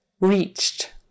Reached